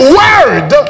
word